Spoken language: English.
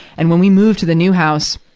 and when we moved to the new house,